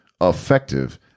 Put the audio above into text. effective